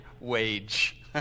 wage